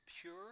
pure